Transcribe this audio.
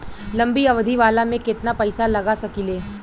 लंबी अवधि वाला में केतना पइसा लगा सकिले?